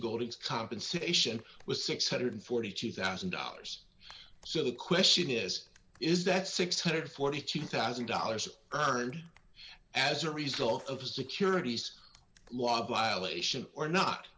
golding's compensation was six hundred and forty two thousand dollars so the question is is that six hundred and forty two thousand dollars earned as a result of a securities law violation or not